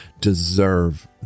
deserve